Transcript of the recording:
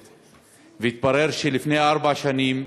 והתברר שלפני ארבע שנים